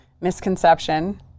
misconception